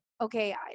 okay